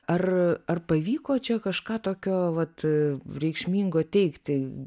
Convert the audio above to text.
ar ar pavyko čia kažką tokio vat reikšmingo teigti